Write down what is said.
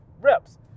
reps